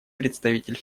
представитель